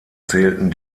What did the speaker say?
zählten